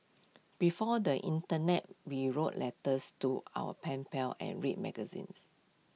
before the Internet we wrote letters to our pen pals and read magazines